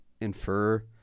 infer